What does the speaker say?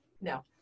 No